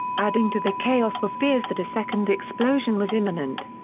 adding to the chaos were fears that a second explosion was imminent.